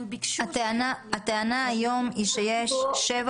הטענה היום, שיש שבע